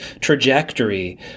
trajectory